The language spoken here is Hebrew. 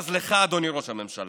בז לך, אדוני ראש הממשלה.